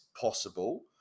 possible